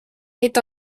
est